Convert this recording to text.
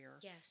Yes